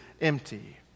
empty